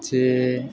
પછી